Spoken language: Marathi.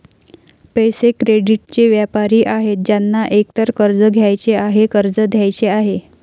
पैसे, क्रेडिटचे व्यापारी आहेत ज्यांना एकतर कर्ज घ्यायचे आहे, कर्ज द्यायचे आहे